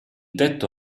tetto